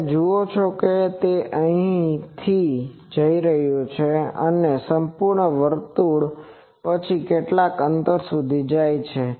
તમે જુઓ છો કે તે અહીંથી જઇ રહ્યું છે અને એક સંપૂર્ણ વર્તુળ પછી કેટલાક અંતર સુધી જાય છે